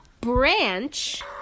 Branch